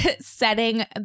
Setting